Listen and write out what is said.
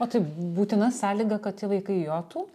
o tai būtina sąlyga kad tie vaikai jotų